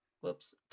Whoops